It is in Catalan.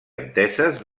enteses